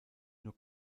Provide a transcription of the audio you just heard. nur